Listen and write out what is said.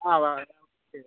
ആ വേണ്ട ശരി